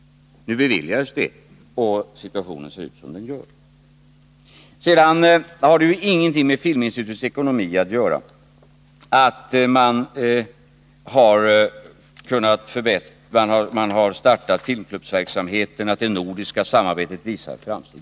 Nu beviljades det, och situationen ser ut som den gör. Det har inget med Filminstitutets ekonomi att göra att man har kunnat starta filmklubbsverksamhet och att det nordiska samarbetet gjort framsteg.